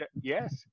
yes